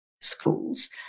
schools